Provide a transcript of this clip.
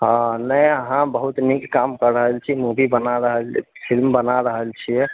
हँ नहि अहाँ बहुत नीक काम कर रहल छी मूवी बना रहल फिल्म बना रहल छी